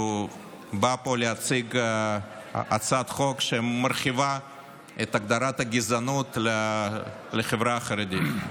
שהוא בא פה להציג הצעת חוק שמרחיבה את הגדרת הגזענות לחברה החרדית.